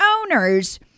owners